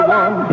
one